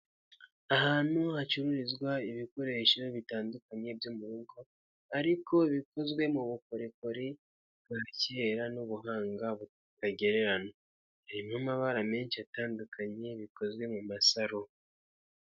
Ahantu hacururizwa ibikoresho bitandukanye byo mu rugo ariko bikozwe mu bukorikori bwa kera n'ubuhanga butagereranywa, harimo amabara menshi atandukanye bikozwe mu masaro.